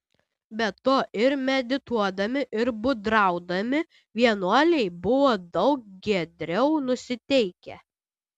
be to ir medituodami ir būdraudami vienuoliai buvo daug giedriau nusiteikę